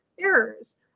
errors